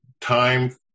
time